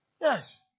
Yes